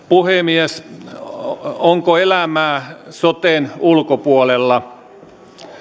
puhemies onko elämää soten ulkopuolella